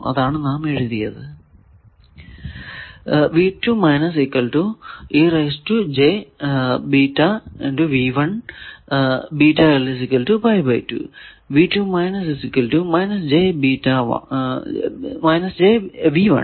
അതാണ് നാം എഴുതിയിരിക്കുന്നത്